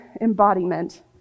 embodiment